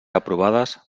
aprovades